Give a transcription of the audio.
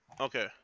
Okay